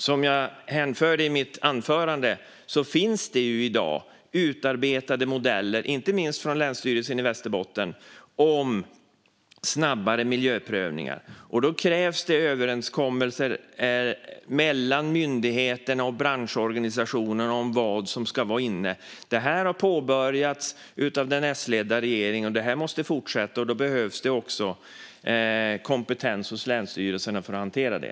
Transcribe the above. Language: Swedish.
Som jag hänvisade till i mitt anförande finns det i dag utarbetade modeller för snabbare miljöprövningar, inte minst från Länsstyrelsen i Västerbotten, och då krävs det överenskommelser mellan myndigheterna och branschorganisationerna om vad som ska vara inne. Det här har påbörjats av den S-ledda regeringen och måste fortsätta. Då behövs det också kompetens hos länsstyrelserna för att hantera det.